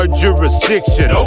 jurisdiction